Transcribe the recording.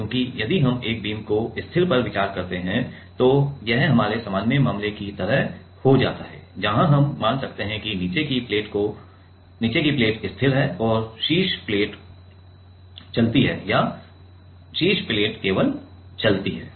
क्योंकि यदि हम एक बीम को स्थिर पर विचार करते हैं तो यह हमारे सामान्य मामले की तरह हो जाता है जहां हम मान सकते हैं कि नीचे की प्लेट को स्थिर है और शीर्ष प्लेट भी चलती है या शीर्ष प्लेट केवल चलती है